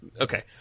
Okay